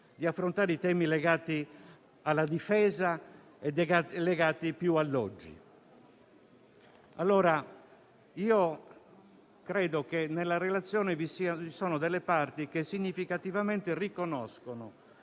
di affrontare i temi legati alla difesa e legati più all'oggi. Io credo che nella relazione vi siano delle parti che significativamente riconoscono